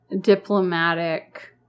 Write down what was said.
diplomatic